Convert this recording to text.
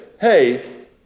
hey